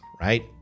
right